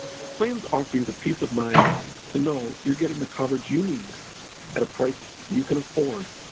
our plans offer you the peace of mind to know you're getting the coverage you need at a price you can afford,